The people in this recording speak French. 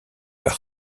par